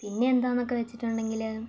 പിന്നെ എന്താന്നൊക്കെ വെച്ചിട്ടുണ്ടെങ്കില്